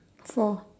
four